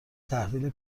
تحویل